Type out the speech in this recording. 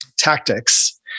tactics